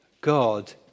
God